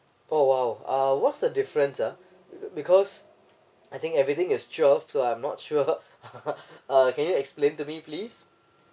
oh !wow! uh what's the difference ah because I think everything is twelve so I'm not sure uh can you explain to me please